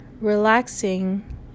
relaxing